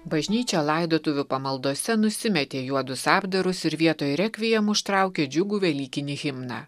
bažnyčia laidotuvių pamaldose nusimetė juodus apdarus ir vietoj rekviem užtraukė džiugų velykinį himną